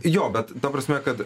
jo bet ta prasme kad